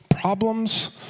problems